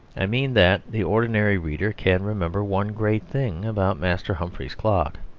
i mean that the ordinary reader can remember one great thing about master humphrey's clock,